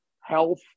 health